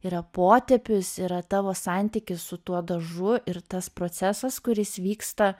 yra potepis yra tavo santykis su tuo dažu ir tas procesas kuris vyksta